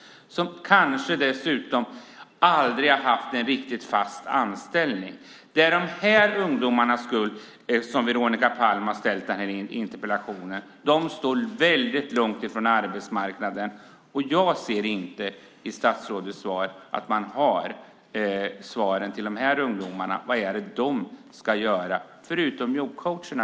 De kanske dessutom aldrig har haft en riktig fast anställning. Det är för de ungdomarnas skull Veronica Palm har ställt interpellationen. De står långt från arbetsmarknaden. Jag ser inte några svar till de här ungdomarna i statsrådets svar. Vad är det de ska göra förutom det här med jobbcoacherna?